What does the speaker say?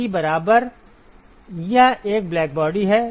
यह एक ब्लैकबॉडी है